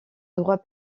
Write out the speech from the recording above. droit